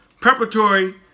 preparatory